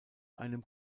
einem